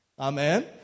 Amen